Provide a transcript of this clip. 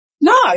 No